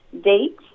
date